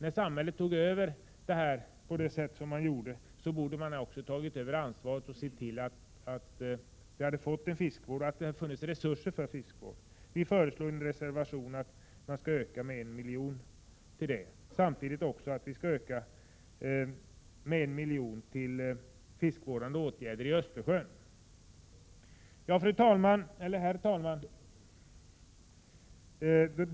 När dessa nya bestämmelser infördes borde samhället tagit över ansvaret och skapat resurser för fiskevård. I en reservation föreslår vi att anslaget härför skall ökas med 1 milj.kr. Dessutom vill vi att det skall avsättas ytterligare 1 milj.kr. för fiskevårdande åtgärder i Östersjön. Herr talman!